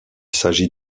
s’agit